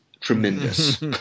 tremendous